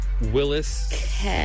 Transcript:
Willis